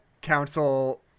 council